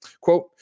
Quote